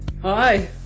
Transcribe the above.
Hi